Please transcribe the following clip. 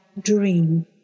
dream